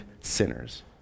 sinners